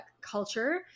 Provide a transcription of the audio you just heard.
culture